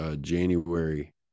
January